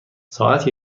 ساعت